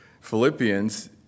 Philippians